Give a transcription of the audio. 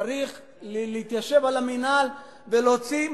צריך להתיישב על המינהל ולהוציא,